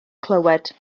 clywed